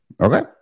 Okay